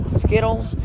skittles